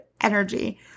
energy